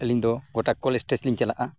ᱟᱹᱞᱤᱧᱫᱚ ᱜᱚᱴᱟ college test ᱞᱤᱧ ᱪᱟᱞᱟᱜᱼᱟ